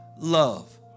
love